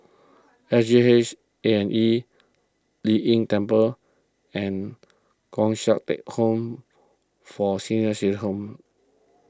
S G H A and E Lei Yin Temple and Thong Teck Home for Senior City Home